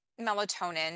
melatonin